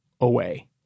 away